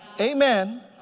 Amen